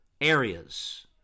areas